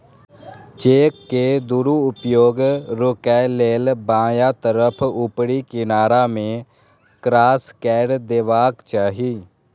cheque के दुरुपयोग रोकै लेल बायां तरफ ऊपरी किनारा मे क्रास कैर देबाक चाही